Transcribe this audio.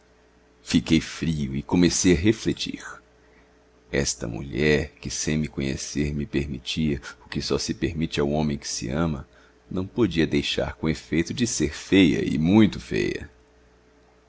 fiquei frio e comecei a refletir esta mulher que sem me conhecer me permitia o que só se permite ao homem que se ama não podia deixar com efeito de ser feia e muito feia